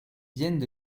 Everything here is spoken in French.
viennent